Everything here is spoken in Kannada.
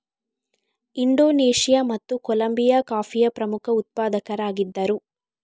ಇಂಡೋನೇಷಿಯಾ ಮತ್ತು ಕೊಲಂಬಿಯಾ ಕಾಫಿಯ ಪ್ರಮುಖ ಉತ್ಪಾದಕರಾಗಿದ್ದರು